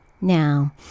Now